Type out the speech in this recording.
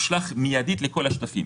כמעט אוטומטית זה מושלך מידית לכל השותפים.